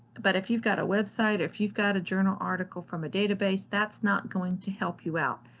but if you've got a website, if you've got a journal article from a database, that's not going to help you out,